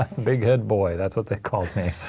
big head boy, that's what they called me.